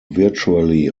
virtually